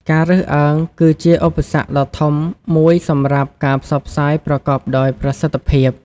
ការរើសអើង គឺជាឧបសគ្គដ៏ធំមួយសម្រាប់ការផ្សព្វផ្សាយប្រកបដោយប្រសិទ្ធភាព។